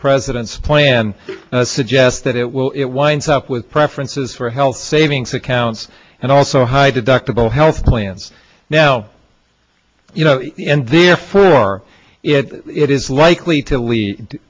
president's plan suggest that it will it winds up with preferences for health savings accounts and also high deductible health plans now you know and therefore it is likely to lead